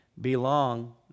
belong